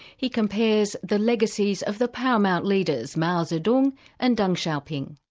he compares the legacies of the paramount leaders, mao zedong and deng xiaoping.